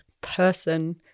person